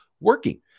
working